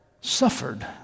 suffered